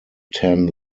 ten